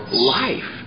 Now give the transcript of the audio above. life